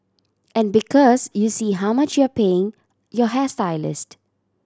and because you see how much you're paying your hairstylist